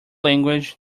language